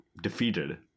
defeated